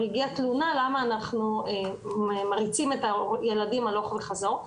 הגיעה תלונה למה אנחנו מריצים את התלמידים הלוך וחזור.